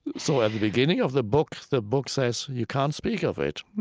so at the beginning of the book, the book says you can't speak of it.